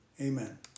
Amen